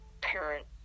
parent